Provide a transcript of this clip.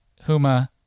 Huma